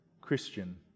Christian